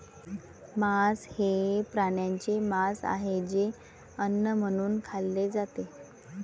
मांस हे प्राण्यांचे मांस आहे जे अन्न म्हणून खाल्ले जाते